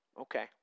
Okay